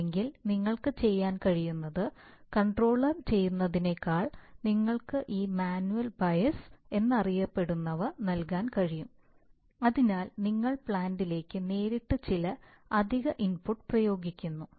അല്ലെങ്കിൽ നിങ്ങൾക്ക് ചെയ്യാൻ കഴിയുന്നത് കൺട്രോളർ ചെയ്യുന്നതിനേക്കാൾ നിങ്ങൾക്ക് ഈ മാനുവൽ ബയസ് എന്നറിയപ്പെടുന്നവ നൽകാൻ കഴിയും അതിനാൽ നിങ്ങൾ പ്ലാന്റിലേക്ക് നേരിട്ട് ചില അധിക ഇൻപുട്ട് പ്രയോഗിക്കുന്നു